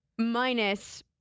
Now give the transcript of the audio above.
Minus